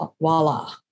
Voila